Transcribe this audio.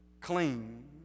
clean